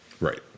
Right